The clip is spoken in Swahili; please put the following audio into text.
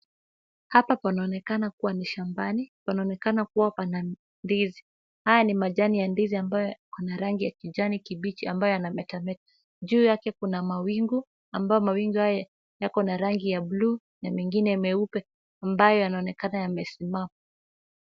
Hapa panaonekana kuwa ni shambani, panaonekana kuwa pana ndizi. Haya ni majani ya ndizi ambayo ina rangi ya kijani kibichi ambayo yanametameta. Juu yake kuna mawingu ambayo yana rangi ya buluu na mengine meupe ambayo yanaonekana yamesimama.